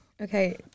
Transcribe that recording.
Okay